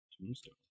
Tombstone